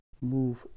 Move